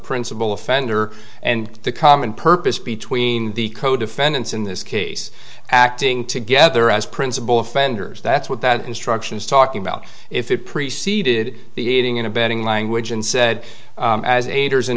principle offender and the common purpose between the co defendants in this case acting together as principal offenders that's what that instruction is talking about if it preceded the aiding and abetting language and said as a